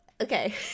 okay